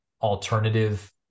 alternative